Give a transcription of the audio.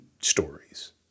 stories